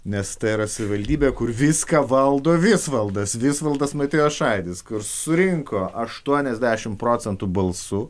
nes tai yra savivaldybė kur viską valdo visvaldas visvaldas matijošaitis surinko aštuoniasdešimt procentų balsų